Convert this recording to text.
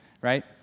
right